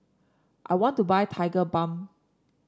I want to buy Tigerbalm